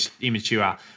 immature